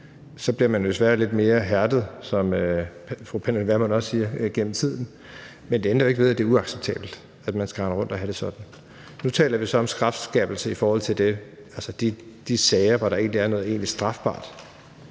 Så bliver man desværre lidt mere hærdet, som fru Pernille Vermund også siger, gennem tiden, men det ændrer jo ikke ved, at det er uacceptabelt, at man skal rende rundt og have det sådan. Nu taler vi så om strafskærpelse i forhold til de sager, hvor der er noget egentlig strafbart